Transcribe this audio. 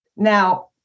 Now